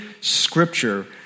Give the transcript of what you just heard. Scripture